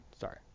Sorry